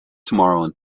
tomorrow